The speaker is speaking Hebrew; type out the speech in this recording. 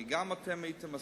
כי גם אתם הייתם מסכימים.